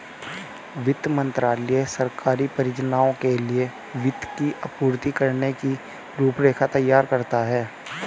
वित्त मंत्रालय सरकारी परियोजनाओं के लिए वित्त की आपूर्ति करने की रूपरेखा तैयार करता है